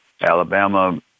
Alabama